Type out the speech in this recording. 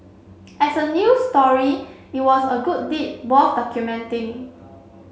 as a news story it was a good deed worth documenting